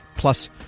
Plus